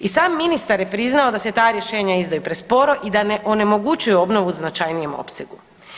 I sam ministar je priznao da se ta rješenja izdaju presporo i da onemogućuju u značajnijem opsegu.